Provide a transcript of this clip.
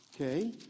okay